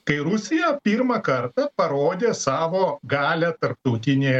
kai rusija pirmą kartą parodė savo galią tarptautinėje